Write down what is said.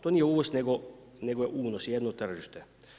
To nije uvoz nego je unos, jedno tržište.